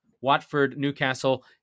Watford-Newcastle